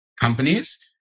companies